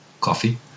Coffee